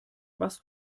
was